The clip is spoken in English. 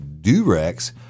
Durex